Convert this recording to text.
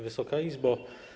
Wysoka Izbo!